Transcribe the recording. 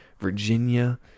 Virginia